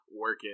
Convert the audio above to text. working